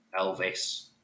Elvis